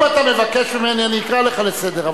אם אתה מבקש ממני אני אקרא אותך לסדר,